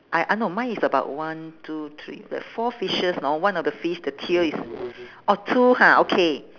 ah ah no mine is about one two three fo~ four fishes know one of the fish the tail is orh two ha okay